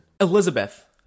Elizabeth